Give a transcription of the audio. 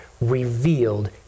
revealed